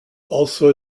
also